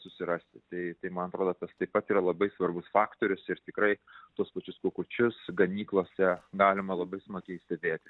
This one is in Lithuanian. susirasti tai tai man atrodo taip pat yra labai svarbus faktorius ir tikrai tuos pačius kukučius ganyklose galima labai smagiai stebėti